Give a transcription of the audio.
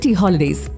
holidays